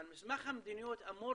אבל מסמך המדיניות אמור